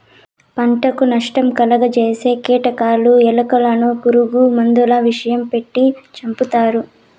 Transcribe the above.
పంటకు నష్టం కలుగ జేసే కీటకాలు, ఎలుకలను పురుగు మందుల విషం పెట్టి సంపుతారు